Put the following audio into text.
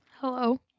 Hello